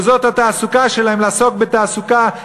שזאת התעסוקה שלהם לעסוק בתעסוקה,